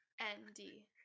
N-D